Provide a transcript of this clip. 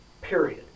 period